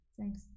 Thanks